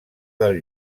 del